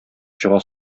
чыга